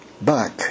back